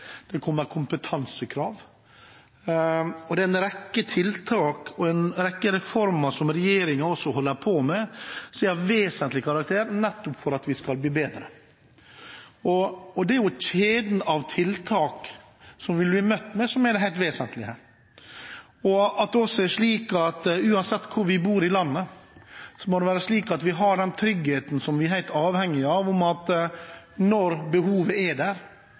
det kommer kompetansekrav. Det er en rekke tiltak og en rekke reformer som regjeringen holder på med, som er av vesentlig karakter, nettopp for at vi skal bli bedre. Det er kjeden av tiltak vi vil bli møtt med, som er det helt vesentlige her. Uansett hvor vi bor i landet, må det være slik at vi har den tryggheten vi er helt avhengige av, at vi, når behovet er der,